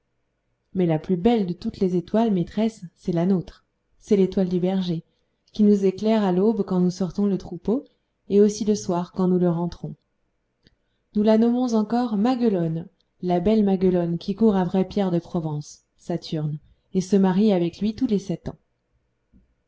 mais la plus belle de toutes les étoiles maîtresse c'est la nôtre c'est l étoile du berger qui nous éclaire à l'aube quand nous sortons le troupeau et aussi le soir quand nous le rentrons nous la nommons encore maguelonne la belle maguelonne qui court après pierre de provence saturne et se marie avec lui tous les sept ans